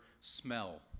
smell